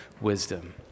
wisdom